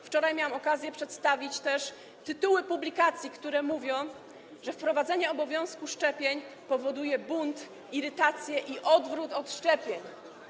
Wczoraj miałam okazję przedstawić tytuły publikacji, które mówią, że wprowadzenie obowiązku szczepień powoduje bunt, irytację i odwrót od szczepień.